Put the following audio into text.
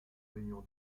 réunion